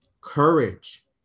courage